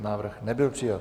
Návrh nebyl přijat.